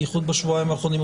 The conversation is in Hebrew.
בייחוד בשבועיים האחרונים.